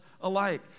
alike